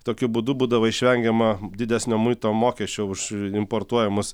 tokiu būdu būdavo išvengiama didesnio muito mokesčio už importuojamus